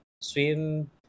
swim